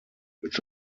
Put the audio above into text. which